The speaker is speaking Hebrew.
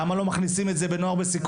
למה לא מכניסים את זה לנוער בסיכון?